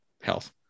health